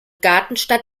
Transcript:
gartenstadt